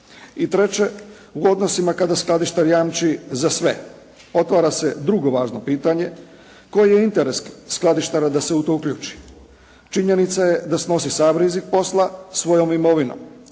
I treće, u odnosima kada skladištar jamči za sve, otvara se drugo važno pitanje, koji je interes skladištara da se u to uključi. Činjenica je da snosi sav rizik posla svojom imovinom.